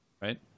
right